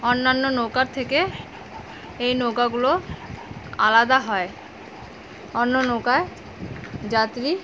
অন্যান্য নৌকার থেকে এই নৌকাগুলো আলাদা হয় অন্য নৌকায় যাত্রী